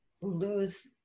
lose